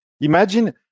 Imagine